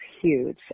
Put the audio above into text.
huge